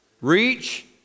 Reach